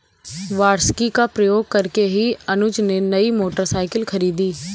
वार्षिकी का प्रयोग करके ही अनुज ने नई मोटरसाइकिल खरीदी